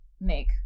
make